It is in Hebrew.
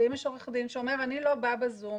ואם יש עו"ד שאומר שהוא לא בא ב"זום",